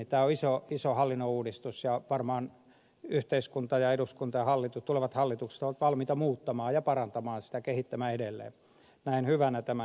tämä on iso hallinnonuudistus ja varmaan yhteiskunta ja eduskunta ja tulevat hallitukset ovat valmiita muuttamaan ja parantamaan ja sitä kehittämään edelleen